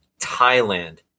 Thailand